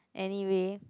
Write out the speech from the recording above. anyway